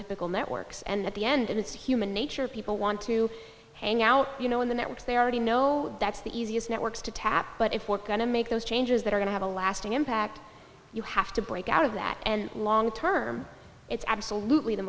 typical networks and at the end it's human nature people want to hang out you know in the networks they already know that's the easiest networks to tap but if we're going to make those changes that are going to have a lasting impact you have to break out of that and long term it's absolutely the